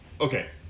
Okay